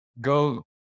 go